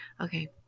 Okay